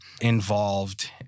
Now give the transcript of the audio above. involved